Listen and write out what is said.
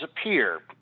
appear